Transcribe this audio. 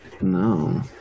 No